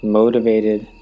motivated